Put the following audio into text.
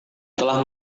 telah